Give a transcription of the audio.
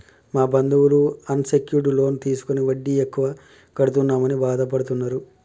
మా బంధువులు unsecured loan తీసుకుని వడ్డీ ఎక్కువ కడుతున్నామని బాధపడుతున్నరు